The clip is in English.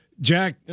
Jack